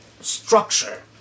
structure